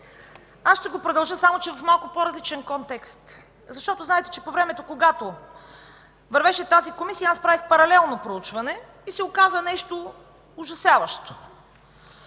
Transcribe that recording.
аз ще го продължа, само че в малко по-различен контекст, защото знаете, че по времето, когато вървеше тази комисия, аз правех паралелно проучване и се оказа нещо ужасяващо!